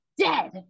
dead